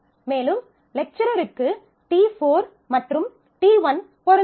மேலும் லெக்சரருக்கு t4 மற்றும் t1 பொருந்துமா